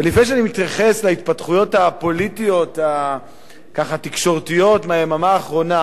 ולפני שאני מתייחס להתפתחויות הפוליטיות התקשורתיות מהיממה האחרונה,